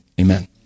Amen